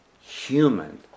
human